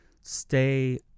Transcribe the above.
stay